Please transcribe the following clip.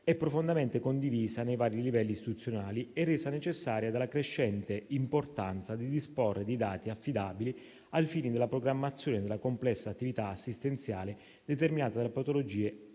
profondamente condivisa nei vari livelli istituzionali e resa necessaria dalla crescente importanza di disporre di dati affidabili ai fini della programmazione della complessa attività assistenziale determinata dalle patologie